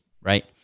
right